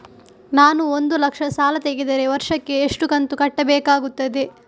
ನಾನು ಒಂದು ಲಕ್ಷ ಸಾಲ ತೆಗೆದರೆ ವರ್ಷಕ್ಕೆ ಎಷ್ಟು ಕಂತು ಕಟ್ಟಬೇಕಾಗುತ್ತದೆ?